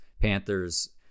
Panthers